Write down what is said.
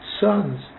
sons